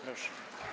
Proszę.